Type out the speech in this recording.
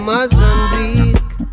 Mozambique